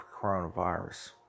coronavirus